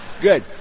Good